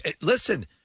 listen